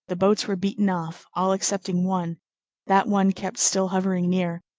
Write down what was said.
the boats were beaten off, all excepting one that one kept still hovering near,